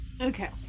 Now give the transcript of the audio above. Okay